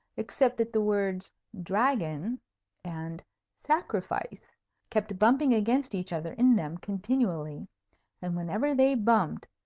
except that the words dragon and sacrifice kept bumping against each other in them continually and whenever they bumped,